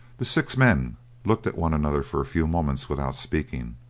the six men looked at one another for a few moments without speaking.